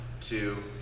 two